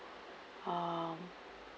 uh